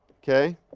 okay?